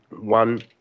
one